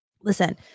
Listen